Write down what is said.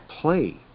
play